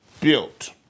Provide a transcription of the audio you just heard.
built